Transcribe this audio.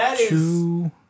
two